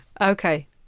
Okay